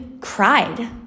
cried